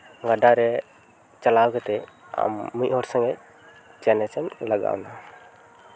ᱜᱟᱰᱟᱨᱮ ᱪᱟᱞᱟᱣ ᱠᱟᱛᱮᱫ ᱟᱢ ᱢᱤᱫᱦᱚᱲ ᱥᱚᱝᱜᱮ ᱪᱮᱞᱮᱧᱡᱽ ᱮᱢ ᱞᱟᱜᱟᱣ ᱮᱱᱟ